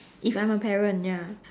if I'm a parent ya